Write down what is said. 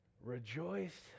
Rejoice